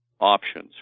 options